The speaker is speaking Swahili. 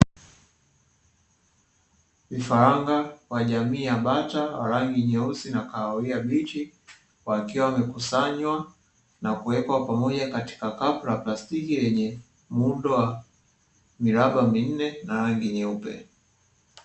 Vifaranga wa jamii ya bata wa rangi nyeusi na kajani mbichi wakiwa wamekusanywa na kuwekwa pamoja katika kapu la plastiki, yenye muundo wa miraba minne na rangi nyeupe.